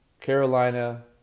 Carolina